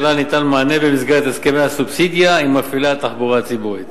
שלה ניתן מענה במסגרת הסכמי הסובסידיה עם מפעילי התחבורה הציבורית.